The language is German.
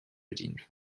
bedient